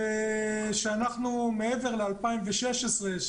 מעבר ל-2016,